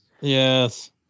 Yes